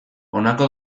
honako